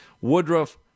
Woodruff